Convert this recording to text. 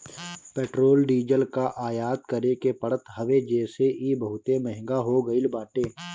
petrol diesel कअ आयात करे के पड़त हवे जेसे इ बहुते महंग हो गईल बाटे